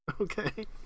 Okay